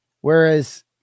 Whereas